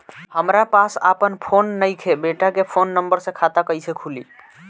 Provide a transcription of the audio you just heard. हमरा पास आपन फोन नईखे बेटा के फोन नंबर से खाता कइसे खुली?